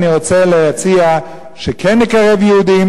אני רוצה להציע שכן נקרב יהודים,